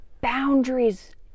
boundaries